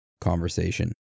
conversation